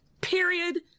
Period